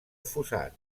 fossat